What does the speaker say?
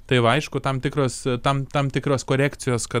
tai va aišku tam tikras tam tam tikras korekcijos kad